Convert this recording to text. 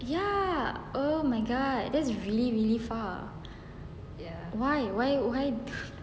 ya oh my god that's really really far why why why